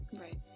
right